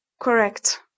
Correct